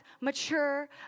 mature